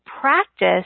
practice